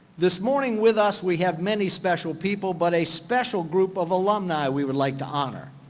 this morning with us we have many special people, but a special group of alumni we would like to honor.